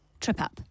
trip-up